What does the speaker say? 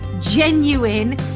genuine